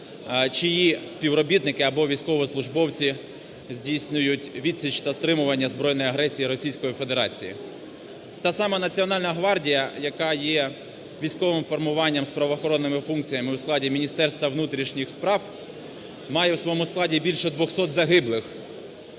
чиї співробітники або військовослужбовці здійснюють відсіч та стримування збройної агресії Російської Федерації. Та сама Національна гвардія, яка є військовим формування з правоохоронними функціями у складі Міністерства внутрішніх справ, має у своєму складі більше 200 загиблих